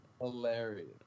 Hilarious